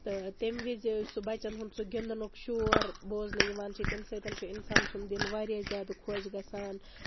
تہٕ تمہِ وِزِ سُہ بچن ہنٛد سُہ گِندنُک سُہ شور بوزنہِ یِوان چھُ تمہِ سۭتۍ چھُ اِنسانہٕ سنٛد دِل واریاہ زیادٕ خۄش گَژھان